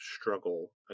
struggle